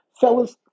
fellas